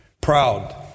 proud